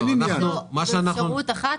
זו אפשרות אחת,